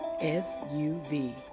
S-U-V